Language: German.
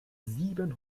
sieben